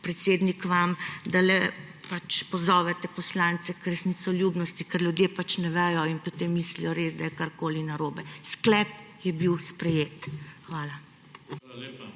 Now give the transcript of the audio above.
podpredsednik, vam, da pozovete poslance k resnicoljubnosti, ker ljudje pač ne vedo in potem mislijo, da je res karkoli narobe. Sklep je bil sprejet. Hvala.